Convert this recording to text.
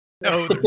No